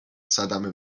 صدمه